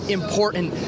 important